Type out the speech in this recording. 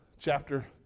chapter